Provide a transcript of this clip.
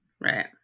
Right